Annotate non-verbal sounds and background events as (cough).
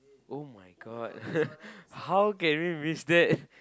[oh]-my-god (laughs) how can we miss that (breath)